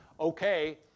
okay